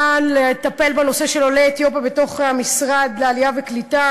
לטפל בנושא של עולי אתיופיה בתוך משרד העלייה והקליטה,